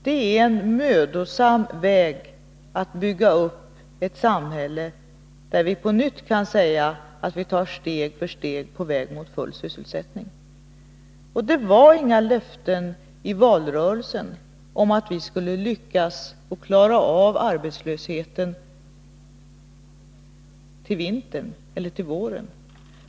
Det är en mödosam väg att gå, att bygga upp ett samhälle där vi på nytt kan säga att vi tar steg för steg i riktning mot full sysselsättning. Det gavs inga löften i valrörelsen om att vi skulle lyckas klara arbetslösheten till vintern eller till våren.